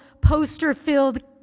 poster-filled